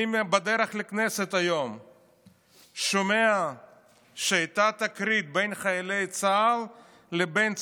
בדרך לכנסת היום אני שומע שהייתה תקרית בין חיילי צה"ל לבין צל"ב,